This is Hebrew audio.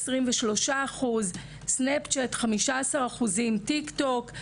ווטסאפ-35%, סנאפצ'ט-15%, יש גם טיק טוק,